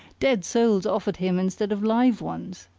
dead souls offered him instead of live ones!